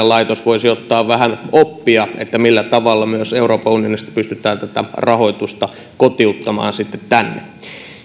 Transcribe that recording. laitos voisi ottaa vähän oppia millä tavalla myös euroopan unionista pystytään rahoitusta kotiuttamaan tänne